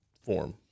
form